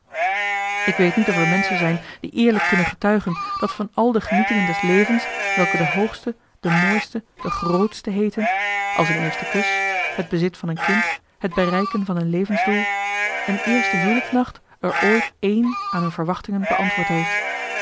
ik weet niet of er menschen zijn die eerlijk kunnen getuigen dat van al de genietingen des levens welke de hoogste de mooiste de grootste heeten als een eerste kus het bezit van een kind het bereiken van een levensdoel een eerste huwelijksnacht er ooit één aan hun verwachtingen beantwoord heeft